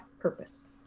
purpose